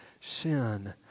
sin